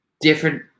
different